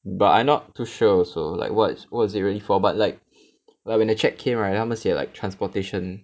but I not too sure also like what what is it really for but like when the cheque came right 他们写 like transportation